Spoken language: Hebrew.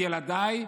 עם ילדיי.